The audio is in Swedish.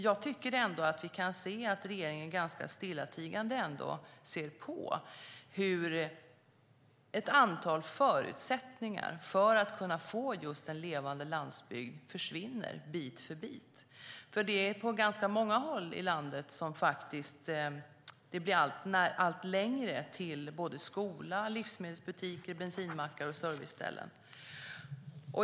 Jag tycker dock att vi ändå kan se att regeringen ganska stillatigande ser på hur ett antal förutsättningar för att vi ska få en levande landsbygd försvinner. På ganska många håll i landet blir det allt längre till skola, livsmedelsbutiker, bensinmackar och serviceställen.